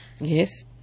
Yes